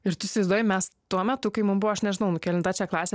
ir tu įsivaizduoji mes tuo metu kai mum buvo aš nežinau nu kelinta čia klasė